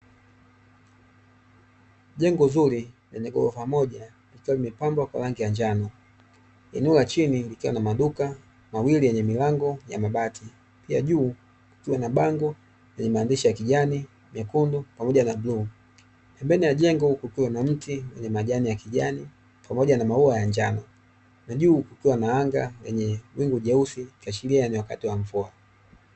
Jengo zuri lenye ghorofa moja likiwa limepambwa kwa rangi ya njano. Eneo la chini likiwa na maduka mawili yenye milango ya mabati, pia juu kukiwa na bango lenye maandishi ya kijani, nyekundu pamoja bluu. Pembeni ya jengo kukiwa na na mti wenye majani ya kijani pamoja na maua ya njano, na juu kukiwa na anga lenye wingu jeusi, ikiashiria ni wakati wa mvua.